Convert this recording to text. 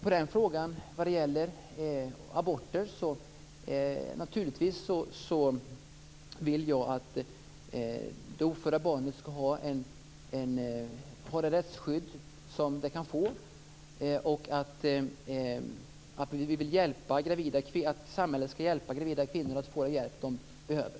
På den frågan - vad det gäller aborter - kan jag svara att jag naturligtvis vill att det ofödda barnet skall ha det rättsskydd som det kan få och att vi vill att samhället skall hjälpa gravida kvinnor att få den hjälp de behöver.